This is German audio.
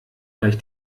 gleich